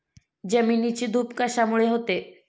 जमिनीची धूप कशामुळे होते?